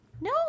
No